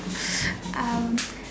um